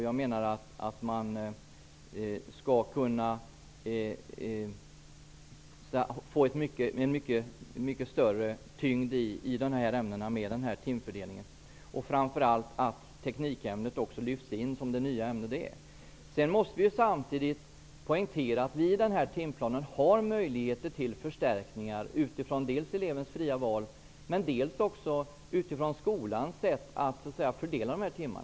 Jag menar att vi kommer att få en mycket större tyngd i dessa ämnen med den här timfördelningen. Teknikämnet lyfts också in som det nya ämne det är. Samtidigt måste vi poängtera att vi i den här timplanen har möjligheter till förstärkningar dels utifrån elevens fria val, dels utifrån skolans sätt att fördela dessa timmar.